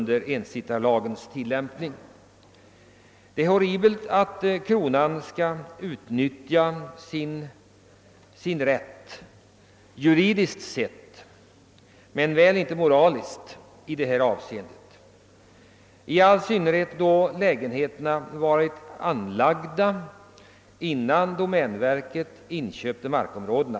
Det är horribelt att kronan skall utnyttja sin juridiska — men väl inte moraliska — rätt, i all synnerhet i de fall där lägenheterna fanns redan då domänverket köpte markområdena.